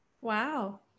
Wow